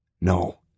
No